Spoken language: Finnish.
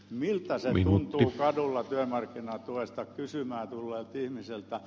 miltä se tuntuu kadulla työmarkkinatuesta kysymään tulleesta ihmisestä